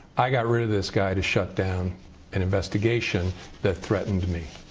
i got rid of this guy to shut down an investigation that threatened me.